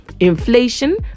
inflation